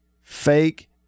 fake